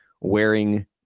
wearing